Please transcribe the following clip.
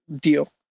deal